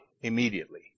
immediately